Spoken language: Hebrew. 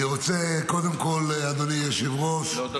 אני רוצה קודם כול, אדוני היושב-ראש,